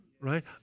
right